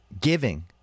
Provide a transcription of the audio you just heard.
giving